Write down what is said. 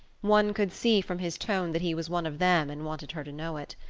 one could see from his tone that he was one of them and wanted her to know it.